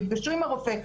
נפגשו עם הרופא,